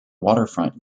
waterfront